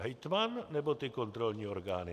Hejtman, nebo kontrolní orgány?